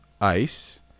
ice